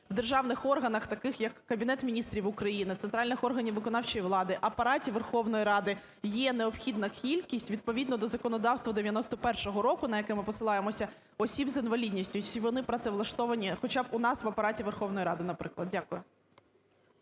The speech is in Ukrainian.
в державних органах таких як Кабінет Міністрів України, центральних органів виконавчої влади, Апараті Верховної Ради є необхідна кількість, відповідно до законодавства 91-го року, на яке ми посилаємося, осіб з інвалідністю? І вони працевлаштовані хоча б у нас в Апараті Верховної Ради, наприклад? Дякую.